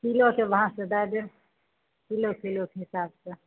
किलोके भावसँ दए देब किलो किलोके हिसाबसँ